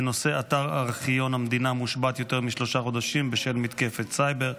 בנושא: אתר ארכיון המדינה מושבת יותר משלושה חודשים בשל מתקפת סייבר.